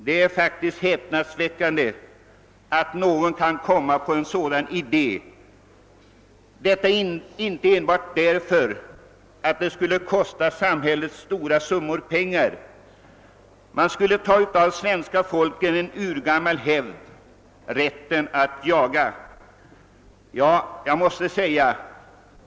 Det är häpnadsväckande att någon kunnat komma på en sådan idé. Detta gäller inte enbart därför att åtgärden skulle kosta samhället stora summor. Man skulle även frånta svenska folket en urgammal rätt, nämligen rätten att jaga.